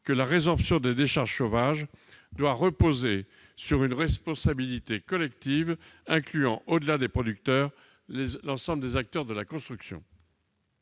que la résorption des décharges sauvages doit reposer sur une responsabilité collective incluant, au-delà des producteurs, l'ensemble des acteurs de la construction.